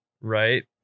right